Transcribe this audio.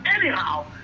anyhow